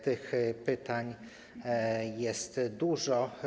Tych pytań jest dużo.